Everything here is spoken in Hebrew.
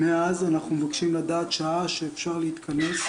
מאז אנחנו מבקשים לדעת שעה שאפשר להתכנס,